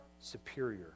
superior